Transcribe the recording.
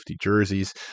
jerseys